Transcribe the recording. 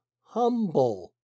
humble